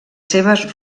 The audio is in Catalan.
seves